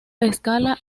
escala